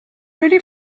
really